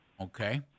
okay